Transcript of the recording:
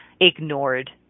ignored